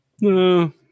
No